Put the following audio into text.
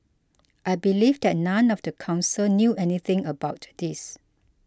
I believe that none of the council knew anything about this